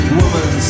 woman